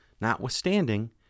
Notwithstanding